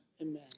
Amen